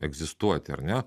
egzistuoti ar ne